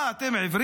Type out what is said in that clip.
מה, אתם עיוורים,